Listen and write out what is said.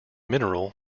mineral